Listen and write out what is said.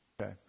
Okay